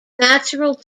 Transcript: natural